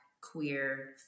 queer